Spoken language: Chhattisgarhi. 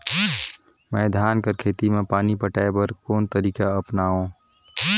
मैं धान कर खेती म पानी पटाय बर कोन तरीका अपनावो?